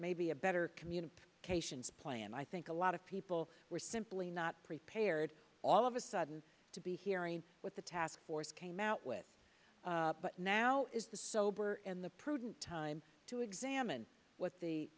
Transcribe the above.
maybe a better community cations plan i think a lot of people were simply not prepared all of a sudden to be hearing what the task force came out with but now is the sober and the prudent time to examine what the